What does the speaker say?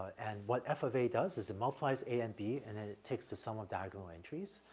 and what f of a does is it multiplies a and b and then it takes the sum of diagonal entries.